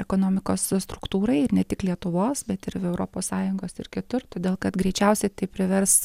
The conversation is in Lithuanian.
ekonomikos struktūrai ir ne tik lietuvos bet ir europos sąjungos ir kitur todėl kad greičiausiai tai privers